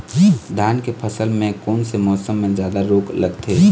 धान के फसल मे कोन से मौसम मे जादा रोग लगथे?